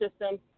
system